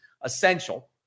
essential